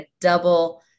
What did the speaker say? double